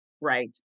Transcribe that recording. Right